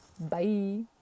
Bye